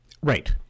Right